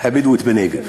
הבדואית בנגב.